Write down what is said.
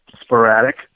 sporadic